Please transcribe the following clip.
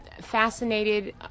fascinated